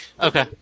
Okay